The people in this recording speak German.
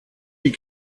die